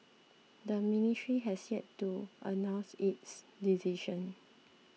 the ministry has yet to announce its decision